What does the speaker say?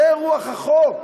זו רוח החוק.